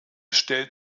stellt